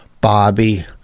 Bobby